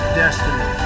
destiny